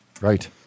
Right